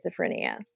schizophrenia